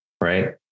Right